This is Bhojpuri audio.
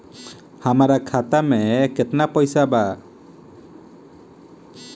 हमार खाता मे केतना पैसा बा?